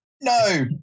No